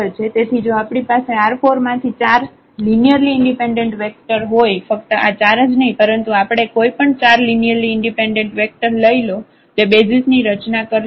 તેથી જો આપણી પાસે R4 માંથી 4 લિનિયરલી ઈન્ડિપેન્ડેન્ટ વેક્ટર હોય ફક્ત આ 4 જ નહિ પરંતુ આપણે કોઈ પણ 4 લિનિયરલી ઈન્ડિપેન્ડેન્ટ વેક્ટર લઇ લો તે બેસિઝ ની રચના કરશે